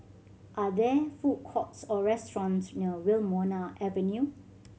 are there food courts or restaurants near Wilmonar Avenue